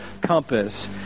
compass